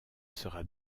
sera